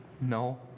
No